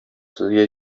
сезгә